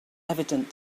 evident